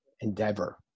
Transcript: endeavor